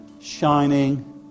shining